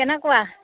কেনেকুৱা